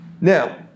Now